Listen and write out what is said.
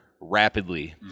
rapidly